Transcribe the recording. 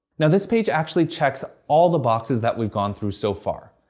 now, this page actually checks all the boxes that we've gone through so far.